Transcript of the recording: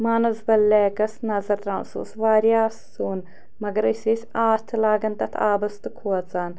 مانَسبَل لیکَس نظر ترٛاوان سُہ اوس واریاہ سوٚن مگر أسی ٲسۍ اَتھٕ لاگان تَتھ آبَس تہٕ کھوژان